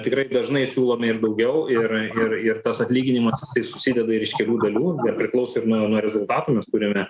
tikrai dažnai siūlome ir daugiau ir ir ir tas atlyginimas jisai susideda ir iš kelių dalių priklauso ir nuo nuo rezultatų mes turime